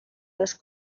les